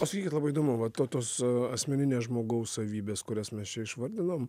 o sakykit labai įdomu va to tos asmeninės žmogaus savybės kurias mes čia išvardinom